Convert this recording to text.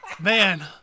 man